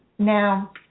Now